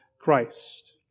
Christ